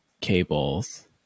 cables